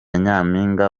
nyampinga